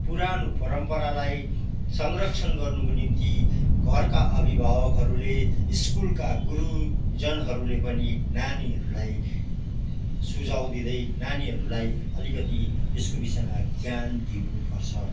पुरानो परम्परालाई संरक्षण गर्नुको निम्ति घरका अभिभावकहरूले स्कुलका गुरुजनहरूले पनि नानीहरूलाई सुझाउ दिँदै नानीहरूलाई अलिकति यसको विषयमा ज्ञान दिनुपर्छ